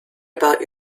about